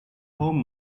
home